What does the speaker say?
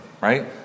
right